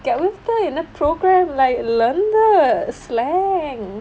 get wisdom in the program like learn the slang